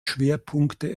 schwerpunkte